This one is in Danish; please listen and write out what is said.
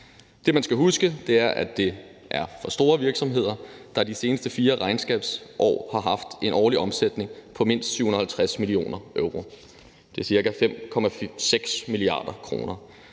Det, man skal huske, er, at det gælder for store virksomheder, der i de seneste 4 regnskabsår har haft en årlig omsætning på mindst 750 mio. euro. Det er ca. 5,6 mia. kr.